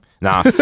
Nah